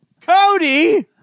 Cody